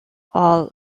all